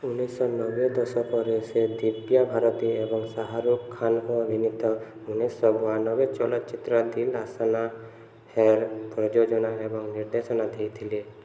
ଉଣେଇଶିଶହ ନବେ ଦଶକରେ ସେ ଦିବ୍ୟା ଭାରତୀ ଏବଂ ଶାହରୁଖ ଖାନଙ୍କ ଅଭିନୀତ ଉଣେଇଶିଶହ ବୟାନବେ ଚଳଚ୍ଚିତ୍ର ଦିଲ ଆଶନା ହେର ପ୍ରଯୋଜନା ଏବଂ ନିର୍ଦ୍ଦେଶନା ଦେଇଥିଲେ